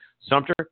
Sumter